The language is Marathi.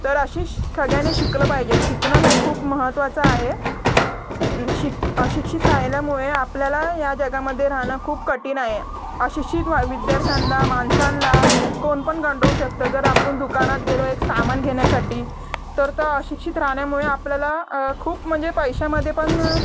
तर असे सगळ्यांनी शिकलं पाहिजे शिकणं हे खूप महत्त्वाचं आहे शिक अशिक्षित राहिल्यामुळे आपल्याला या जगामध्ये राहणं खूप कठीण आहे अशिक्षित वा विद्यार्थ्यांना माणसांला कोणपण गंडवू शकतं जर आपण दुकानात गेलो एक सामान घेण्यासाठी तर तर अशिक्षित राहण्यामुळे आपल्याला खूप म्हणजे पैशामध्ये पण